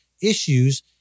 issues